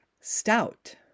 Stout